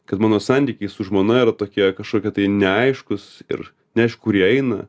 kad mano santykiai su žmona yra tokie kažkokie neaiškūs ir neaišku kur jie eina